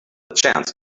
chance